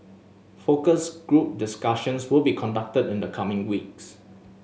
focus group discussions will be conducted in the coming weeks